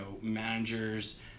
managers